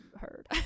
heard